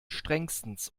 strengstens